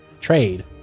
trade